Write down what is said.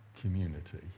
community